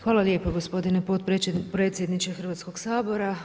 Hvala lijepo gospodine potpredsjedniče Hrvatskog sabora.